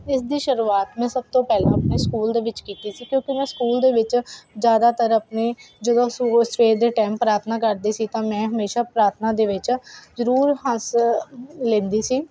ਇਸ ਦੀ ਸ਼ੁਰੂਆਤ ਮੈਂ ਸਭ ਤੋਂ ਪਹਿਲਾਂ ਆਪਣੇ ਸਕੂਲ ਦੇ ਵਿੱਚ ਕੀਤੀ ਸੀ ਕਿਉਂਕਿ ਮੈਂ ਸਕੂਲ ਦੇ ਵਿੱਚ ਜ਼ਿਆਦਾਤਰ ਆਪਣੇ ਜਦੋਂ ਸਵੇਰ ਦੇ ਟਾਈਮ ਪ੍ਰਾਥਨਾ ਕਰਦੇ ਸੀ ਤਾਂ ਮੈਂ ਹਮੇਸ਼ਾਂ ਪ੍ਰਾਥਨਾ ਦੇ ਵਿੱਚ ਜ਼ਰੂਰ ਹਿੱਸਾ ਲੈਂਦੀ ਸੀ